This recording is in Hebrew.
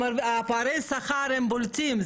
פערי השכר בולטים,